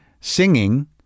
singing